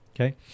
okay